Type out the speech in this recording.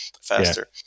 faster